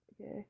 Okay